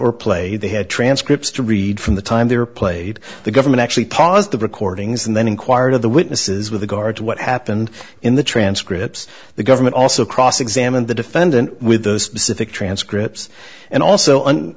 were played they had transcripts to read from the time they were played the government actually paused the recordings and then inquired of the witnesses with regard to what happened in the transcript the government also cross examined the defendant with those specific transcripts and also and